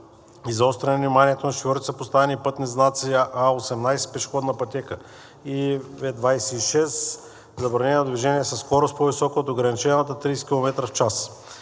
заостряне вниманието на шофьорите са поставени пътни знаци А18 „Пешеходна пътека“ и В26 „Забранено движение със скорост, по-висока от означената“ – 30 км в час.